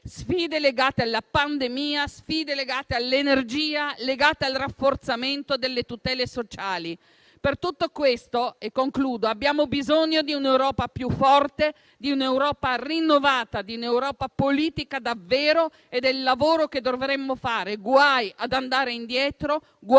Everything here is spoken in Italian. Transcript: sfide legate alla pandemia, sfide legate all'energia, legate al rafforzamento delle tutele sociali. Per tutto questo, e concludo, abbiamo bisogno di un'Europa più forte, di un'Europa rinnovata, di un'Europa davvero politica ed è questo il lavoro che dovremmo fare. Guai ad andare indietro, guai a ritornare indietro